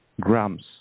grams